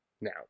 Now